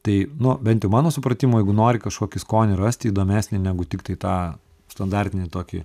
tai nu bent jau mano supratimu jeigu nori kažkokį skonį rasti įdomesnį negu tiktai tą standartinį tokį